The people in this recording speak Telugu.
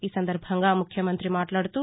ఈ సందర్భంగా ముఖ్యమంతి మాట్లాడుతూ